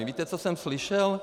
Víte, co jsem slyšel?